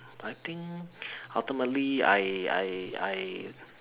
I think ultimately I I I